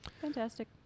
Fantastic